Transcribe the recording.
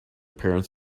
parents